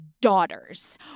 daughters